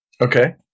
Okay